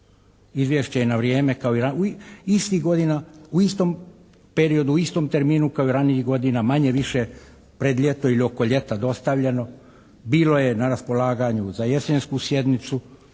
Izvješće je na vrijeme, kao i ranije, istih godina u istom periodu, u istom terminu kao i ranijih godina, manje-više pred ljeto ili oko ljeta dostavljeno bilo je na raspolaganju za jesensku sjednicu,